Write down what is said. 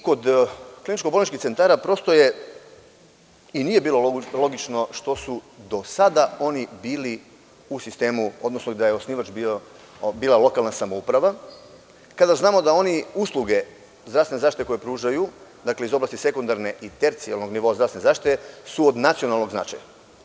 Kod kliničko-bolničkih centara nije bilo logično što je do sada osnivač bila lokalna samouprava, kada znamo da oni usluge zdravstvene zaštite koje pružaju iz oblasti sekundarne i tercijarnog nivoa zdravstvene zaštite su od nacionalnog značaja.